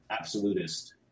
absolutist